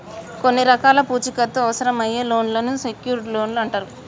కొన్ని రకాల పూచీకత్తు అవసరమయ్యే లోన్లను సెక్యూర్డ్ లోన్లు అంటరు